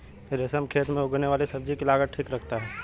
रमेश खेत में उगने वाली सब्जी की लागत ठीक रखता है